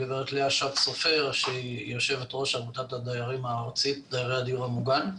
גברת לאה שץ-סופר שהיא יושבת-ראש עמותת דיירי הדיור המוגן,